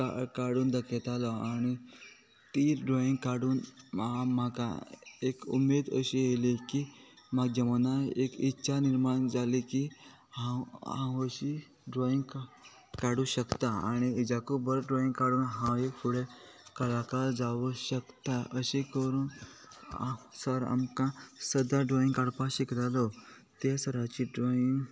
काडून दखयतालो आनी ती ड्रॉईंग काडून म्हाका एक उमेद अशी येली की म्हाका जिवना एक इच्छा निर्माण जाली की हांव हांव अशी ड्रॉईंग काडू शकता आनी हेज्याकूय बरो ड्रॉईंग काडून हांव एक फुडें कलाकार जावं शकता अशें करून सर आमकां सदां ड्रॉइंग काडपाक शिकतालो त्या सराची ड्रॉईंग